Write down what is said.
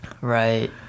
Right